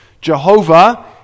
Jehovah